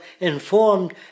informed